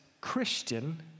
Christian